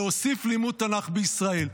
להוסיף לימוד תנ"ך בישראל.